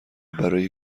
برای